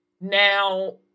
Now